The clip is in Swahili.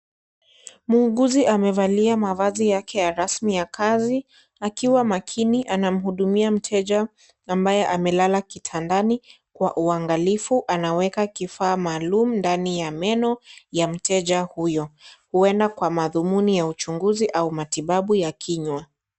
Munguzi hamevalia mavazi yake rasmi ya kazi, akiwa makini, anamhudumia mteja ambaye amelala kitandani kwa uangalifu, anaweka kifaa maalum ndani ya meno ya mteja huyo, huenda kwa madhumuni ya uchunguzi au matibabu ya kinywa.